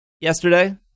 yesterday